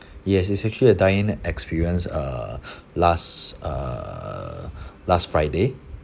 yes it's actually a dine in experience uh last uh last friday